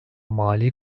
mali